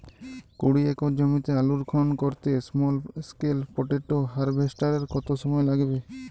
কুড়ি একর জমিতে আলুর খনন করতে স্মল স্কেল পটেটো হারভেস্টারের কত সময় লাগবে?